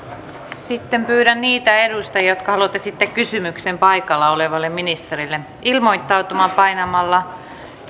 pyydän niitä edustajia jotka haluavat esittää kysymyksen paikalla olevalle ministerille ilmoittautumaan painamalla